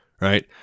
Right